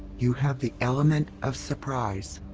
you have the element of surprise.